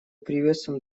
приветствуем